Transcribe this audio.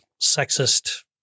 sexist